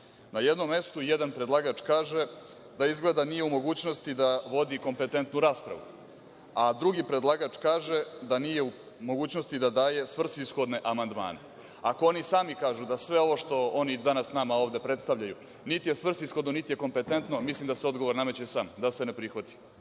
jednom mestu jedan predlagač kaže da izgleda nije u mogućnosti da vodi kompetentnu raspravu, a drugi predlagač kaže da nije u mogućnosti da daje svrsishodne amandmane. Ako oni sami kažu da sve ovo što oni danas nama ovde predstavljaju niti je svrsishodno niti je kompetentno, mislim da se odgovor nameće sam, da se ne prihvati.